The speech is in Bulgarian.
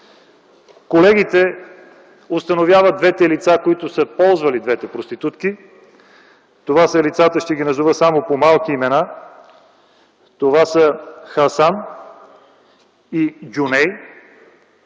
Колегите установяват двете лица, които са ползвали двете проститутки. Това са лицата, ще ги назова само по малки имена, Хасан и Джуней,